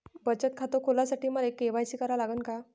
बचत खात खोलासाठी मले के.वाय.सी करा लागन का?